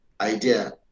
idea